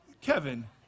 Kevin